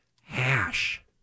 hash